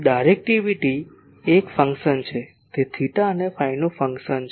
તો ડાયરેક્ટિવિટી એ એક ફંક્શન છે તે થેટા અને ફાઈનું ફંક્શન છે